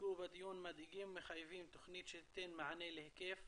שהוצגו בדיון מדאיגים ומחייבים תוכנית שתיתן מענה להיקף